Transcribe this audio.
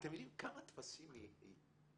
אתם יודעים כמה טפסים היא ממלאת?